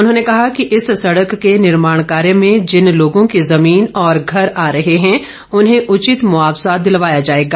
उन्होंने कहा कि इस सड़क के निर्माण कार्य में जिन लोगों की ज़मीन और घर आ रहे हैं उन्हें उचित मुआवजा दिलवाया जाएगा